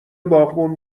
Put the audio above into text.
باغبون